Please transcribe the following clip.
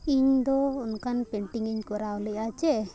ᱤᱧᱫᱚ ᱚᱱᱠᱟᱱ ᱯᱮᱱᱴᱤᱝ ᱤᱧ ᱠᱚᱨᱟᱣ ᱞᱮᱜᱼᱟ ᱥᱮ